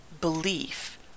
belief